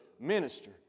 minister